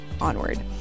onward